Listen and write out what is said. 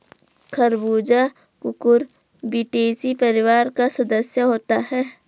खरबूजा कुकुरबिटेसी परिवार का सदस्य होता है